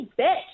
bitch